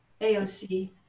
AOC